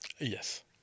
Yes